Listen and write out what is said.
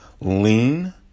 lean